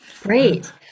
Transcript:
Great